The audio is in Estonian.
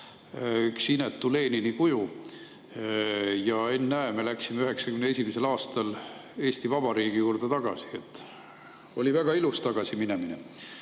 üks inetu Lenini kuju. Ja ennäe, me läksime 1991. aastal Eesti Vabariigi juurde tagasi. Oli väga ilus tagasiminemine.